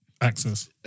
access